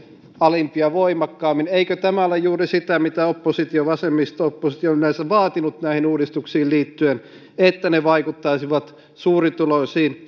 alimpia voimakkaammin eikö tämä ole juuri sitä mitä vasemmisto oppositio on yleensä vaatinut näihin uudistuksiin liittyen että ne vaikuttaisivat suurituloisiin